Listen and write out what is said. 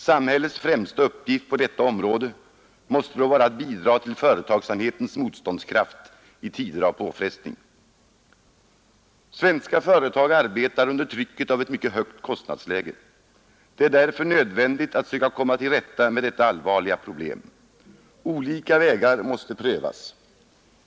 Samhällets främsta uppgift på detta Avgiften till tilläggs område måste då vara att bidra till företagsamhetens motståndskraft i re för tider av påfrestning. äldre arbetskraft m.m. Svenska företag arbetar under trycket av ett mycket högt kostnadsläge. Det är därför nödvändigt att söka komma till rätta med detta allvarliga problem. Olika vägar måste prövas.